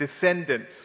descendants